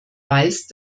weißt